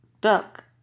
duck